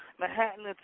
Manhattan